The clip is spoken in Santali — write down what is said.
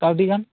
ᱠᱟᱹᱣᱰᱤ ᱜᱟᱱ